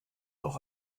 auch